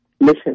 listen